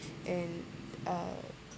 and uh